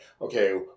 okay